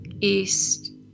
east